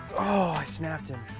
ah i snapped it.